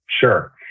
Sure